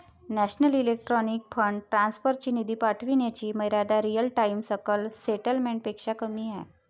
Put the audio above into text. national electronic fund transfer ची निधी पाठविण्याची मर्यादा रिअल टाइम सकल सेटलमेंट पेक्षा कमी आहे